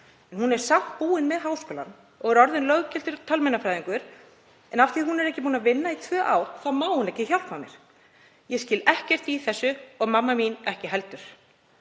Hún er samt búin með háskólann og er orðin löggiltur talmeinafræðingur en af því að hún er ekki búin að vinna í tvö ár þá má hún ekki hjálpa mér. Ég skil ekkert í þessu og mamma mín ekki heldur.